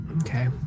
Okay